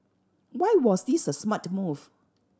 why was this a smart move